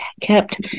kept